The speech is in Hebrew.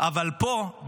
אבל פה,